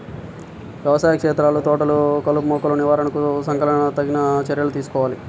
వ్యవసాయ క్షేత్రాలు, తోటలలో కలుపుమొక్కల నివారణకు సకాలంలో తగిన చర్యలు తీసుకోవాలి